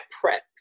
prep